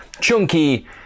chunky